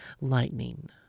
Lightning